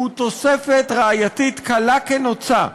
הוא תוספת ראייתית קלה כנוצה.